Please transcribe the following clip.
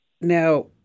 Now